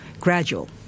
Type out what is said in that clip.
gradual